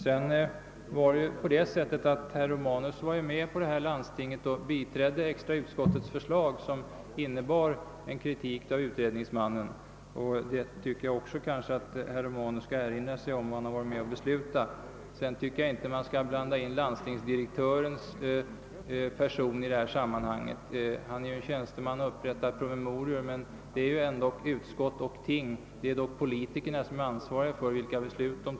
Herr Romanus borde kanske också erinra sig att han i landstinget biträdde extra utskottets förslag, som innebar en kritik av utredningsmannen. Vidare bör man inte blanda in landstingsdirektörens person i detta sammanhang. Han är en tjänsteman och upprättar promemorior, men det är ändock utskott och ting, d. v. s. politikerna, som är ansvariga för besluten.